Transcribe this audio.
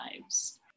lives